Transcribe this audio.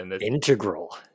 integral